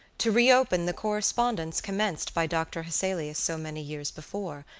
to reopen the correspondence commenced by doctor hesselius, so many years before,